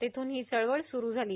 तेथून ही चळवळ सुरू झाली